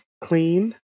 Clean